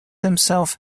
himself